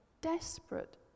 desperate